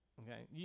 Okay